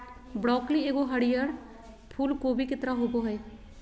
broccoli एगो हरीयर फूल कोबी के तरह होबो हइ